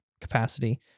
capacity